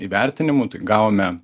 įvertinimų tai gavome